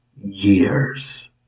years